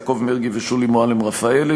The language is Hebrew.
יעקב מרגי ושולי מועלם-רפאלי.